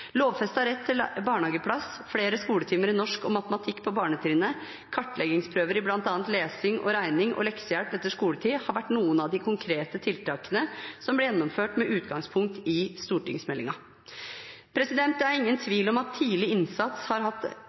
rett til barnehageplass, flere skoletimer i norsk og matematikk på barnetrinnet, kartleggingsprøver i bl.a. lesing og regning og leksehjelp etter skoletid har vært noen av de konkrete tiltakene som ble gjennomført med utgangspunkt i stortingsmeldingen. Det er ingen tvil om at tidlig innsats har hatt